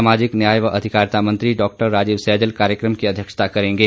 सामाजिक न्याय एवं अधिकारिता मंत्री डॉ राजीव सैजल कार्यक्रम की अध्यक्षता करेंगे